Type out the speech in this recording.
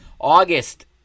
August